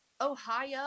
Ohio